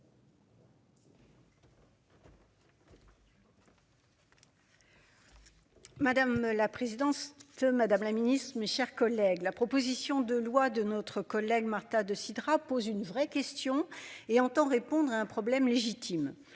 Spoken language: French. Madame la présidence de Madame la Ministre, mes chers collègues, la proposition de loi de notre collègue Marta de Cidrac pose une vraie question et entend répondre à un problème légitime.